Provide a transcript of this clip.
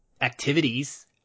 activities